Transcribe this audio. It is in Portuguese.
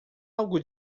algo